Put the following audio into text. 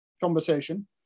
conversation